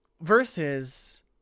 Versus